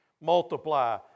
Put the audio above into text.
multiply